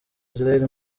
israel